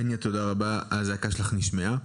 תודה רבה, הזעקה שלך נשמעה.